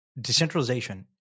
decentralization